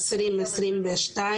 אני מגיש רביזיה.